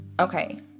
okay